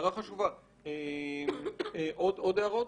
עוד הערות?